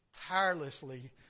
tirelessly